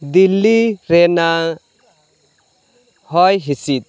ᱫᱤᱞᱞᱤ ᱨᱮᱱᱟᱜ ᱦᱚᱭ ᱦᱤᱥᱤᱫ